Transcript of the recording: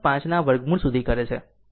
5 ના વર્ગમૂળ સુધી કરે છે